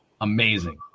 amazing